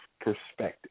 perspective